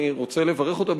אני רוצה לברך אותה,